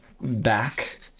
back